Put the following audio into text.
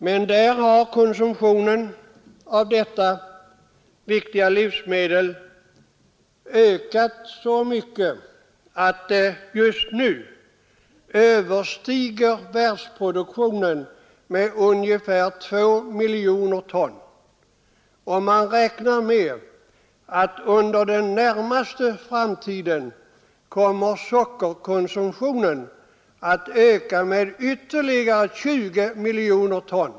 Men konsumtionen av detta viktiga livsmedel har ökat så mycket att den just nu överstiger världsproduktionen med ungefär 2 miljoner ton, och man räknar med att sockerkonsumtionen under den närmaste framtiden kommer att öka med ytterligare 20 miljoner ton.